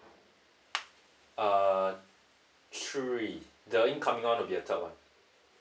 uh three the incoming one will be the third one